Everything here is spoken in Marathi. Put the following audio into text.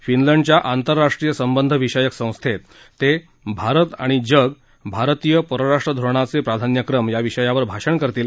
फिनलंडच्या आंतरराष्ट्रीय संबंध विषयक संस्थेत ते भारत आणि जग भारतीय परराष्ट्र धोरणाचे प्राधान्यक्रम या विषयावर भाषणही करतील